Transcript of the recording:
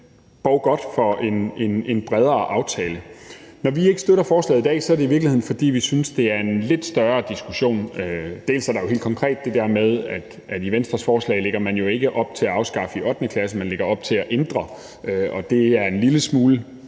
for en bredere aftale. Når vi ikke støtter forslaget i dag, er det i virkeligheden, fordi vi synes, at det er en lidt større diskussion. Der er jo helt konkret det der med, at man i Venstres forslag ikke lægger op til at afskaffe den i 8. klasse; man lægger op til at ændre den. Og det er en lille smule